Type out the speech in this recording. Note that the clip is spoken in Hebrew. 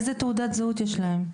איזו תעודת זהות יש להם?